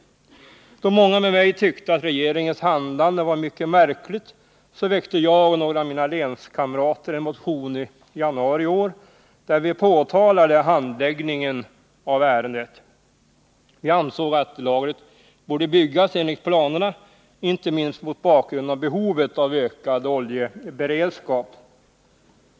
Då många med mig tyckte att regeringens handlande var mycket märkligt, väckte jag och några av mina länskamrater en motion i januari i år där vi påtalade handläggningen av ärendet. Vi ansåg att lagret borde byggas enligt planerna, inte minst mot bakgrund av behovet av ökad oljeberedskap.